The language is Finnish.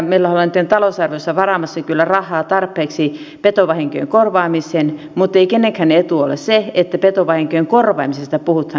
meillä ollaan talousarvioissa varaamassa kyllä tarpeeksi rahaa petovahinkojen korvaamiseen mutta ei kenenkään etu ole se että petovahinkojen korvaamisesta puhutaan